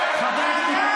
חברת הכנסת דיסטל,